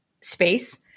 space